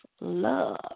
love